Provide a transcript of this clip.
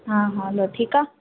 हा हा हलो ठीकु आहे